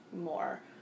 more